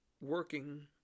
working